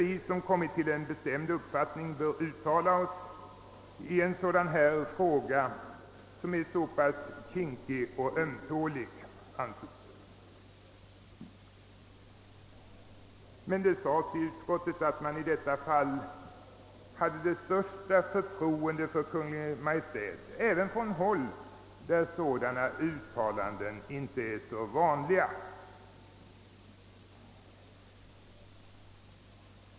Vi som kommit till en bestämd uppfattning bör emellertid uttala oss i en fråga som är så pass ömtålig som denna. Det sades å andra sidan i utskottet, att man i detta fall hade det största förtroende för Kungl. Maj:t — även från håll där sådana uttalanden inte är vanliga.